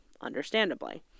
understandably